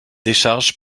décharge